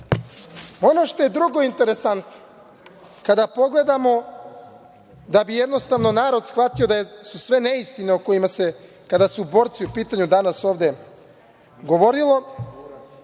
što je drugo interesantno, kada pogledamo, da bi jednostavno narod shvatio da su sve neistine, kada su borci u pitanju, danas ovde govorile,